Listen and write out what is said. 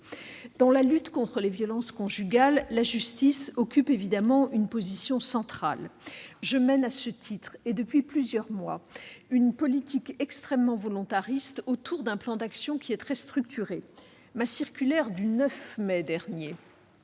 Dans la lutte contre les violences conjugales, la justice occupe évidemment une position centrale. Je mène à ce titre, depuis plusieurs mois, une politique extrêmement volontariste, construite autour d'un plan d'action très structuré. Ma circulaire du 9 mai dernier